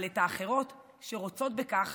אבל את האחרות שרוצות בכך,